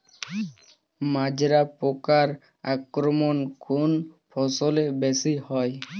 মাজরা পোকার আক্রমণ কোন ফসলে বেশি হয়?